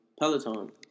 Peloton